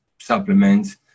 supplements